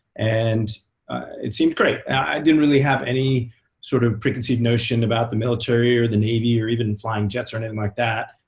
and it seemed great. i didn't really have any sort of preconceived notion about the military or the navy, or even flying jets or and anything and like that.